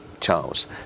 Charles